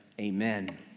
Amen